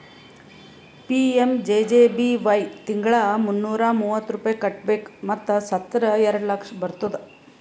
PMJJBY ತಿಂಗಳಾ ಮುನ್ನೂರಾ ಮೂವತ್ತು ರೂಪಾಯಿ ಕಟ್ಬೇಕ್ ಮತ್ ಸತ್ತುರ್ ಎರಡ ಲಕ್ಷ ಬರ್ತುದ್